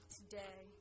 today